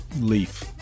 leaf